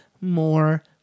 more